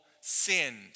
sinned